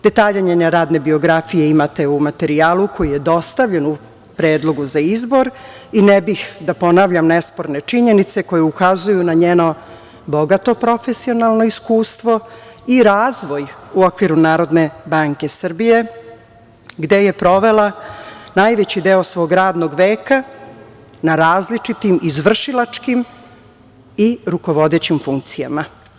Detalje njene radne biografije imate u materijalu koji je dostavljen u Predlogu za izbor i ne bih da ponavljam nesporne činjenice koje ukazuju na njeno bogato profesionalno iskustvo i razvoj u okviru Narodne banke Srbije, gde je provela najveći deo svog radnog veka, na različitim izvršilačkim i rukovodećim funkcijama.